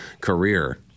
career